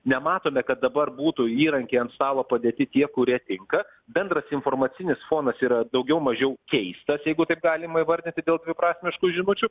nematome kad dabar būtų įrankiai ant stalo padėti tie kurie tinka bendras informacinis fonas yra daugiau mažiau keistas jeigu taip galima įvardinti dėl dviprasmiškų žinučių